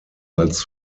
als